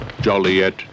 Joliet